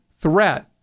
threat